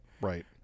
Right